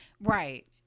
Right